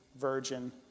Virgin